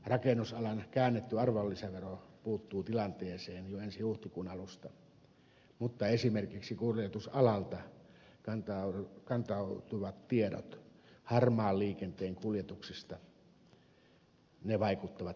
rakennusalan käännetty arvonlisävero puuttuu tilanteeseen jo ensi huhtikuun alusta mutta esimerkiksi kuljetusalalta kantautuvat tiedot harmaan liikenteen kuljetuksista vaikuttavat huolestuttavilta